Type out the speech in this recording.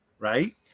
Right